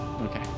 Okay